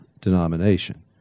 denomination